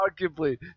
arguably